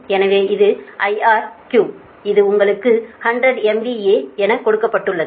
எனவே இது IR 3 இது உங்களுக்கு 100 MVA என் கொடுக்கப்பட்டுள்ளது